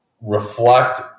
reflect